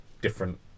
different